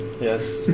Yes